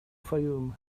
fayoum